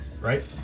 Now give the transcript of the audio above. right